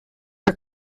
for